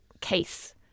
case